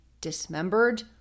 dismembered